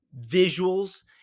visuals